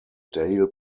dale